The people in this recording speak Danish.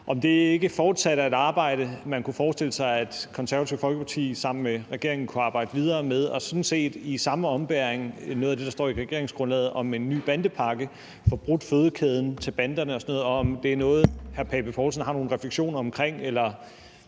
om det ikke fortsat er et arbejde, man kunne forestille sig at Det Konservative Folkeparti sammen med regeringen kunne arbejde videre med. Og jeg vil sådan set i samme ombæring høre – og det er noget af det, der står i regeringsgrundlaget – om vi kunne samarbejde videre om en ny bandepakke, få brudt fødekæden til banderne og sådan noget. Er det noget, hr. Søren Pape Poulsen har nogle refleksioner omkring eller